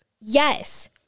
yes